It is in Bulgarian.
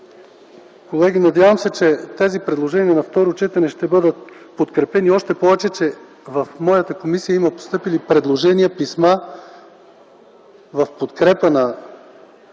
Колеги, надявам се, че тези предложения на второ четене ще бъдат подкрепени. Още повече, че в моята комисията има постъпили предложения и писма в подкрепа на